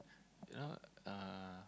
you know uh